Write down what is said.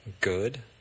good